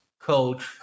coach